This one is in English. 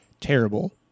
terrible